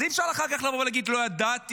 אז אי-אפשר אחר כך לבוא ולהגיד: לא ידעתי,